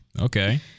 Okay